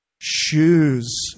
Shoes